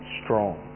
strong